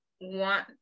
want